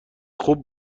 خوب